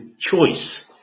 choice